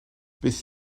beth